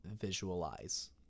visualize